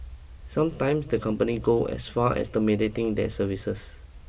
sometimes the company go as far as the terminating their service